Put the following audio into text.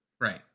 Right